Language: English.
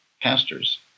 pastors